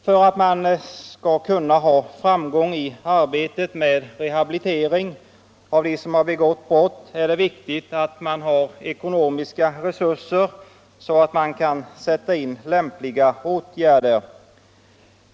För att man skall kunna ha framgång i arbetet med rehabilitering av dem som har begått brott är det viktigt att man har ekonomiska resurser, så att man kan sätta in lämpliga åtgärder.